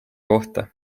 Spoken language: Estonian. kohta